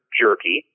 jerky